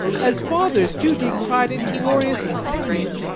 as fathers too take pride in glorious sons?